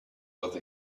with